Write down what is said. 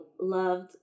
loved